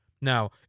Now